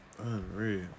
Unreal